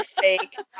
fake